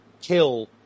kill